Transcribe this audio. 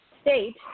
state